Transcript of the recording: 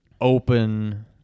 open